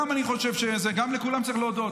גם, אני חושב, גם לכולם צריך להודות.